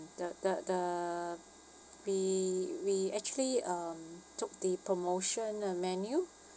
the the the we we actually um took the promotion uh menu